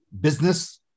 business